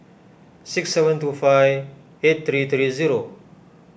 six seven two five eight three three zero